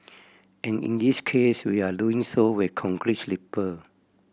and in this case we are doing so with concrete sleeper